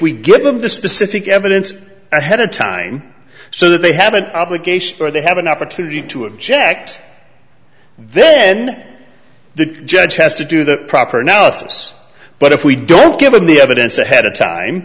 we give them the specific evidence ahead of time so they have an obligation or they have an opportunity to object then the judge has to do the proper analysis but if we don't given the evidence ahead of time